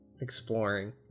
exploring